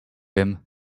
him